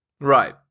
right